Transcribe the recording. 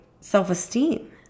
self-esteem